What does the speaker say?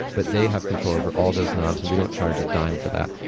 but they have control over all those knobs and we don't charge a dime for that.